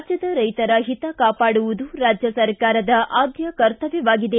ರಾಜ್ಯದ ರೈತರ ಹಿತ ಕಾಪಾಡುವುದು ರಾಜ್ಯ ಸರ್ಕಾರದ ಆದ್ದ ಕರ್ತವ್ದವಾಗಿದೆ